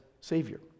Savior